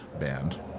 band